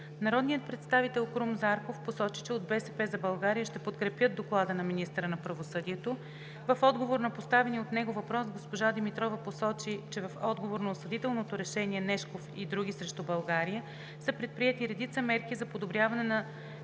Народният представител Крум Зарков посочи, че от „БСП за България“ ще подкрепят Доклада на министъра на правосъдието. В отговор на поставения от него въпрос госпожа Димитрова посочи, че в отговор на осъдителното решение „Нешков и други срещу България“ са предприети редица мерки за подобряване на